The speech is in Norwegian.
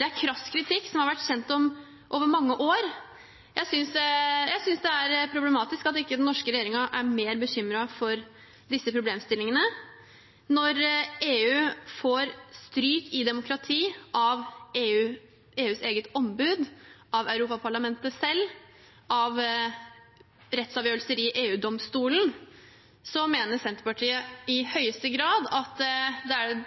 Det er krass kritikk som har vært kjent i mange år. Jeg synes det er problematisk at den norske regjeringen ikke er mer bekymret for disse problemstillingene. Når EU får stryk i demokrati av EUs eget ombud, av Europaparlamentet selv og av rettsavgjørelser i EU-domstolen, mener Senterpartiet i høyeste grad at